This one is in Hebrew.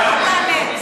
הוא לא שמע אותנו.